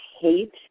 hate